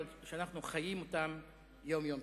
אבל אנחנו חיים אותם יום-יום.